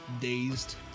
dazed